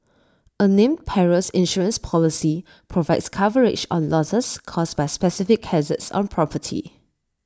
A named Perils Insurance Policy provides coverage on losses caused by specific hazards on property